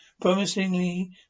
promisingly